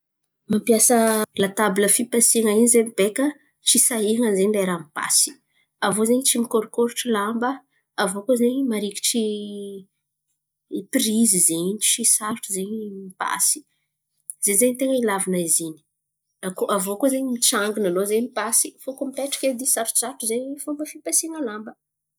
Mampiasa latabla fipasian̈a in̈y zen̈y be ka tsy sahiran̈a zen̈y lera mipasy, aviô zen̈y tsy mikôrikôritry lamba. Aviô koa zen̈y marikitry prizy zen̈y tsy sarotro zen̈y mipasy. Ze zen̈y ten̈a ilàvan̈a izy iny. Akô- aviô koa zen̈y mitsangana anao zen̈y mipasy fa koa mipetraka edy, sarotsarotro zen̈y fomba fipasian̈a lamba.